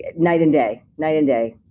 ah night and day, night and day.